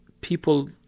people